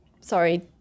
Sorry